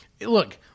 Look